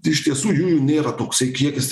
ti iš tiesų jųjų nėra toksai kiekis